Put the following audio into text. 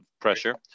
pressure